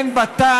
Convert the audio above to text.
אין בה טעם,